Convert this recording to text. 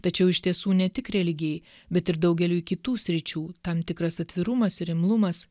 tačiau iš tiesų ne tik religijai bet ir daugeliui kitų sričių tam tikras atvirumas ir imlumas